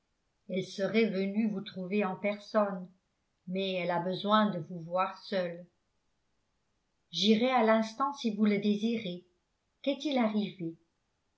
elle serait venue vous trouver en personne mais elle a besoin de vous voir seule j'irai à l'instant si vous le désirez qu'est-il arrivé